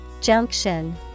Junction